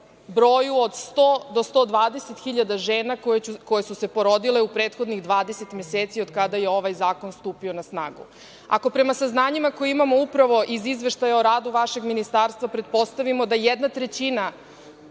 broju od 100 do 120 hiljada žena koje su se porodice u prethodnih 20 meseci, od kada je ovaj zakon stupio na snagu, ako prema saznanjima koja imamo upravo iz izveštaja o radu vašeg ministarstva, pretpostavimo da jedna trećina